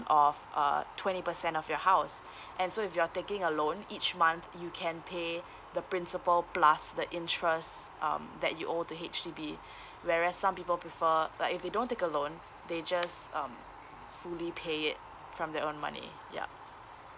of uh twenty percent of your house and so if you're taking a loan each month you can pay the principal plus the interest um that you owe to H_D_B whereas some people prefer like if they don't take a loan they just um fully pay it from their own money ya